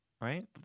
Right